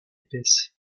épaisses